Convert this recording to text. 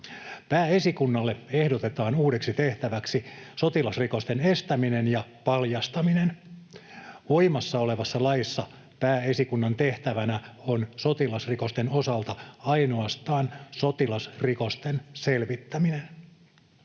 Pääesikunnalle ehdotetaan uudeksi tehtäväksi sotilasrikosten estäminen ja paljastaminen. Voimassa olevassa laissa pääesikunnan tehtävänä on sotilasrikosten osalta ainoastaan sotilasrikosten selvittäminen.